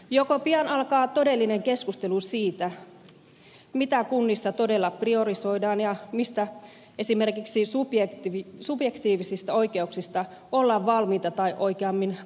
joko pian alkaa todellinen keskustelu siitä mitä kunnissa todella priorisoidaan ja esimerkiksi mistä subjektiivisista oikeuksista ollaan valmiita tai oikeammin pakotettuja luopumaan